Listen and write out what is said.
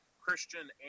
Christian